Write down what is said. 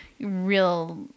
real